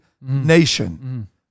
nation